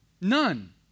None